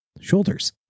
shoulders